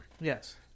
Yes